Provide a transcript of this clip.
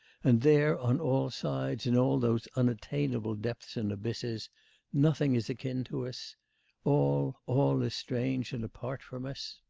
and there, on all sides, in all those unattainable depths and abysses nothing is akin to us all, all is strange and apart from us?